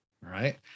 right